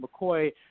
McCoy